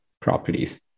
properties